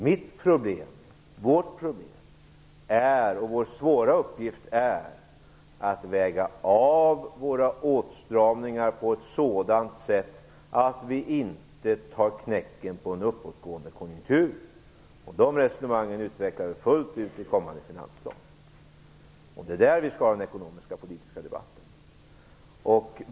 Vårt problem och vår svåra uppgift är att väga av våra åtstramningar på ett sådant sätt att vi inte tar knäcken på en uppåtgående konjunktur. De resonemangen utvecklar vi fullt ut i kommande finansplan. Det är där vi skall ha den ekonomisk-politiska debatten.